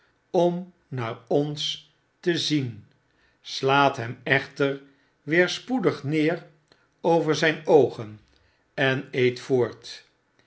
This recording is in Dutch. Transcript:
om naar ons te zien slaat hem echter weer spoedig neer over zijn oogen en eet voort